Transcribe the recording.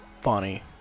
funny